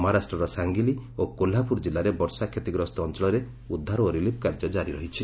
ମହାରାଷ୍ଟ୍ରର ସାଙ୍ଗିଲି ଓ କୋହ୍ଲାପୁର କିଲ୍ଲାର ବର୍ଷା କ୍ଷତିଗ୍ରସ୍ତ ଅଞ୍ଚଳରେ ଉଦ୍ଧାର ଓ ରିଲିଫ୍ କାର୍ଯ୍ୟ ଜାରି ରହିଛି